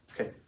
Okay